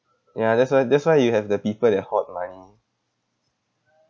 ya that's why that's why you have the people at the hotline